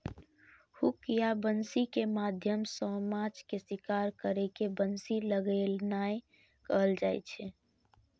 hook या बंसी के माध्यम सं माछ के शिकार करै के बंसी लगेनाय कहल जाइ छै